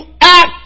act